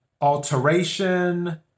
alteration